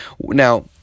Now